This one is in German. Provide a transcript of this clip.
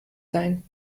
sein